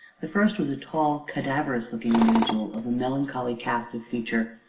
the first was a tall, cadaverous-looking individual of a melancholy cast of feature,